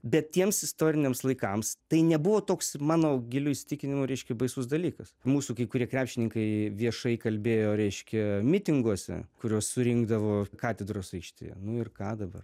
bet tiems istoriniams laikams tai nebuvo toks mano giliu įsitikinimu reiškia baisus dalykas mūsų kai kurie krepšininkai viešai kalbėjo reiškia mitinguose kuriuos surinkdavo katedros aikštėje nu ir ką dabar